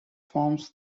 forms